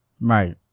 Right